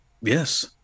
yes